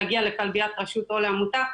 להגיע לכלביית רשות או לעמותה,